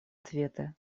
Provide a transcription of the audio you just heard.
ответы